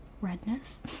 redness